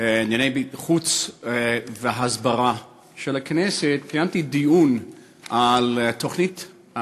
לענייני חוץ והסברה של הכנסת קיימתי דיון על תוכנית,